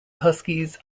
huskies